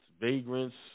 vagrants